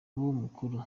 mukuru